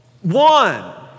One